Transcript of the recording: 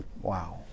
Wow